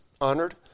honored